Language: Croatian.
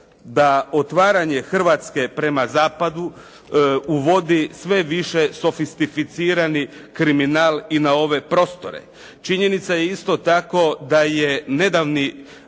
da otvaranje Hrvatske prema zapadu uvodi sve više sofisticirani kriminal i na ove prostore. Činjenica je isto tako da je nedavni